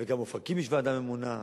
וגם באופקים יש ועדה ממונה,